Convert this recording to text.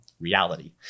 reality